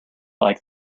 like